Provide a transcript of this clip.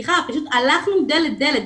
הלכנו דלת דלת,